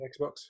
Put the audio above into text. Xbox